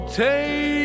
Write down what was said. take